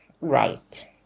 right